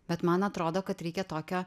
bet man atrodo kad reikia tokio